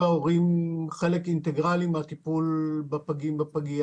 ההורים הם חלק אינטגרלי בטיפול בפגים שבפגייה.